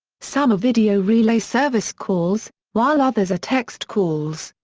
some are video relay service calls, while others are text calls.